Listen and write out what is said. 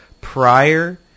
prior –